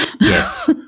Yes